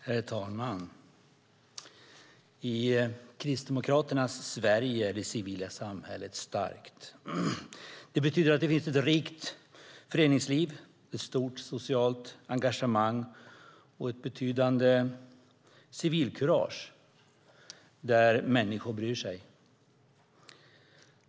Herr talman! I Kristdemokraternas Sverige är det civila samhället starkt. Det betyder att det finns ett rikt föreningsliv, ett stort socialt engagemang och ett betydande civilkurage där människor bryr sig.